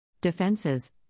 Defenses